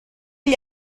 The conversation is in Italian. gli